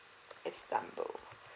istanbul